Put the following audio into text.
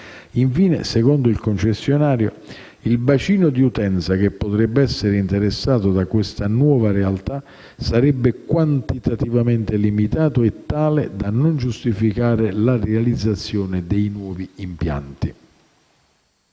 Infine, secondo il concessionario, il bacino di utenza che potrebbe essere interessato da questa nuova realtà sarebbe quantitativamente limitato e tale da non giustificare la realizzazione dei nuovi impianti.